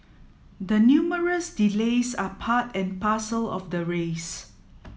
the numerous delays are part and parcel of the race